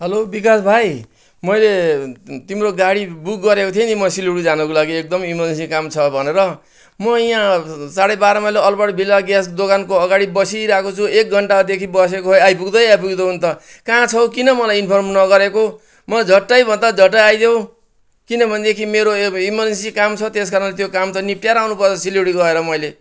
hello Bikas भाइ मैले तिम्रो गाडी बुक गरेको थिएँ नि म सिलगढी जानको लागि एकदम इमर्जेन्सी काम छ भनेर म यहाँ साँढे बाह्र माइल अल्बर्ट भिल्ला ग्यास दोकानको अगाडि बसिरहेको छु एक घन्टादेखि बसेको खै आइपुग्दै आइपुग्दैनौ त कहाँ छौ किन मलाई इन्फर्म नगरेको म झट्टै भन्दा झट्टै आइदेउ किनभनेदेखि मेरो इमर्जेन्सी काम छ त्यसकारण त्यो काम त निप्ट्याएर आउनु पर्छ त सिलगढी गएर मैले